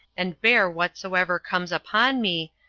and bear whatsoever comes upon me,